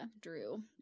Drew